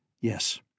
Yes